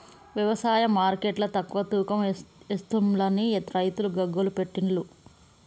వ్యవసాయ మార్కెట్ల తక్కువ తూకం ఎస్తుంలని రైతులు గగ్గోలు పెట్టిన్లు